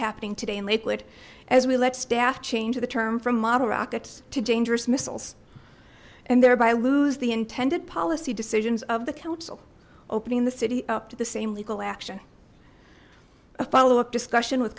happening today in lakewood as we let staff change the term from model rockets to dangerous missiles and thereby lose the intended policy decisions of the council opening the city up to the same legal action a follow up discussion with